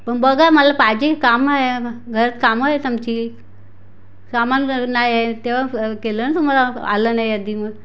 पण बघा मला पाहिजे कामं आहे घरात कामं आहेत आमची सामान ब नाही आहे तेव्हा केलं न तुम्हाला आलं नाही यादी मग